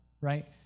right